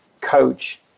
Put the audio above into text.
coach